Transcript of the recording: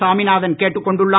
சுவாமிநாதன் கேட்டுக் கொண்டுள்ளார்